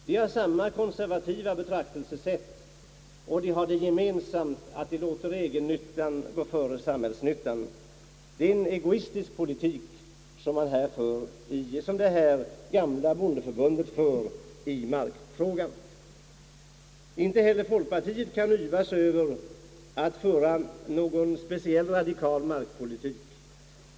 De har samma konservativa betraktelsesätt, och de har det gemensamt att de låter egennyttan gå före samhällsnyttan. Det är en egoistisk politik som f. d. bondeförbundet för i markfrågan. Inte heller folkpartiet kan yvas över att föra någon speciellt radikal markpolitik.